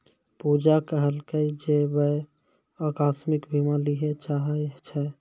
पूजा कहलकै जे वैं अकास्मिक बीमा लिये चाहै छै